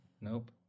Nope